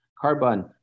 Carbon